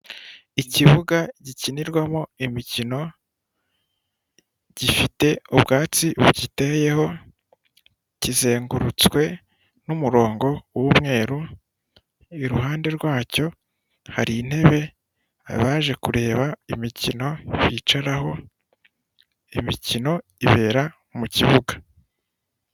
Ikibuga gikinirwamo imikino gifite ubwatsi bugiteyeho, kizengurutswe n'umurongo w'umweru, iruhande rwacyo hari intebe abaje kureba imikino bicaraho, imikino ibera mu kibuga.